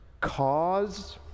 cause